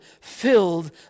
filled